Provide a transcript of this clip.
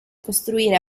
costruire